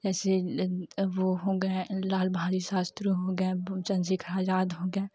जैसे ल वह हो गए लाल बहादुर शास्त्री हो गए चंद्रशेखर आज़ाद हो गए